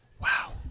Wow